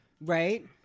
Right